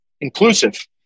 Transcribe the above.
inclusive